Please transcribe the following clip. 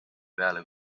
peale